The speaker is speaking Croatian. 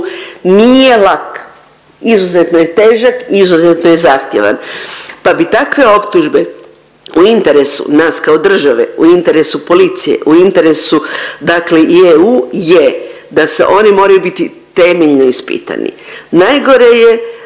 nije lak, izuzetno je težak, izuzetno je zahtjevan, pa bi takve optužbe u interesu nas kao države, u interesu policije, u interesu dakle i EU je da se oni moraju biti temeljno ispitani. Najgore da